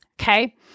okay